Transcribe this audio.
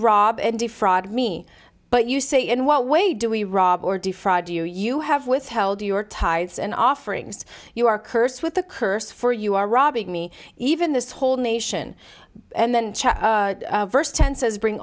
rob and defraud me but you say in what way do we rob or defraud do you have withheld your tithes and offerings you are cursed with a curse for you are robbing me even this whole nation and then verse ten says bring